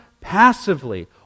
passively